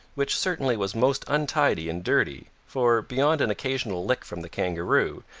which certainly was most untidy and dirty, for, beyond an occasional lick from the kangaroo,